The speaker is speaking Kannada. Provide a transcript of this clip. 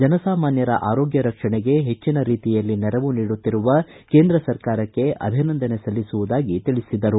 ಜನಸಾಮಾನ್ಯರ ಆರೋಗ್ಯ ರಕ್ಷಣೆಗೆ ಹೆಚ್ಚಿನ ರೀತಿಯಲ್ಲಿ ನೆರವು ನೀಡುತ್ತಿರುವ ಕೇಂದ್ರ ಸರ್ಕಾರಕ್ಕೆ ಅಭನಂದನೆ ಸಲ್ಲಿಸುವುದಾಗಿ ತಿಳಿಸಿದರು